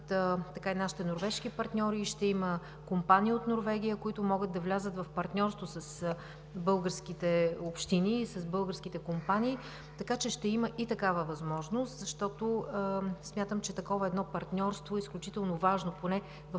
и нашите норвежки партньори. Ще има компании от Норвегия, които могат да влязат в партньорство с българските общини и с българските компании. Така че ще има и такава възможност, защото смятам, че едно такова партньорство е изключително важно и поне в